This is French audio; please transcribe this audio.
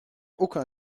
aucun